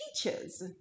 teachers